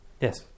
Yes